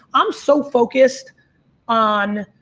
i'm so focused on